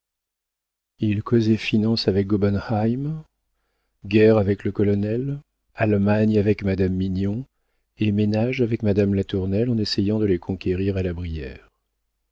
il causait finances avec gobenheim guerre avec le colonel allemagne avec madame mignon et ménage avec madame latournelle en essayant de les conquérir à la brière